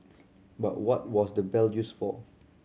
but what was the bell used for